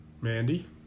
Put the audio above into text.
Mandy